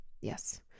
Yes